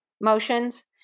motions